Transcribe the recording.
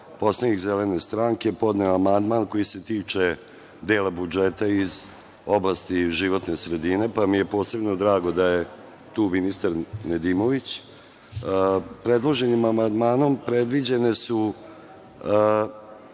poslanik Zelene stranke podneo amandman koji se tiče dela budžeta iz oblasti životne sredine, pa mi je posebno drago da je tu ministar Nedimović. Predloženim amandmanom predviđene su